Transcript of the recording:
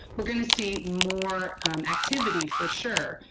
we're going to see more activity for sure.